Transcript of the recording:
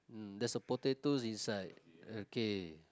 mm there's a potato inside okay